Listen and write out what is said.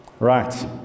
right